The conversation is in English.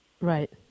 Right